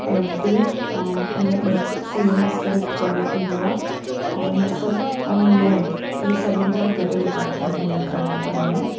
F D और ईअं ॿ सी एन एस करे हिकु प्रोडक्ट ईंदो आहे ऐं इन सभु ऐं लोन इहे सभिनि जा गॾु डिपाटमेंट हैम्डल करिणा पवंदा आहिनि